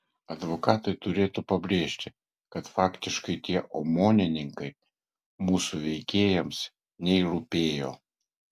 advokatai turėtų pabrėžti kad faktiškai tie omonininkai mūsų veikėjams nei rūpėjo